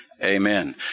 Amen